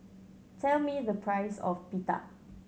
tell me the price of Pita